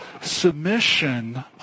submission